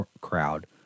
crowd